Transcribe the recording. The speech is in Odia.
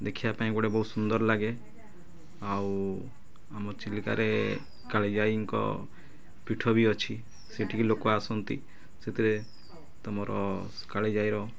ଦେଖିବା ପାଇଁ ଗୋଟେ ବହୁତ ସୁନ୍ଦର ଲାଗେ ଆଉ ଆମ ଚିଲିକାରେ କାଳିଜାଇଙ୍କ ପୀଠ ବି ଅଛି ସେଠିକି ଲୋକ ଆସନ୍ତି ସେଥିରେ ତମର କାଳିଜାଇର